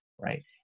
right